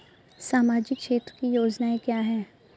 सामाजिक क्षेत्र की योजनाएँ क्या हैं?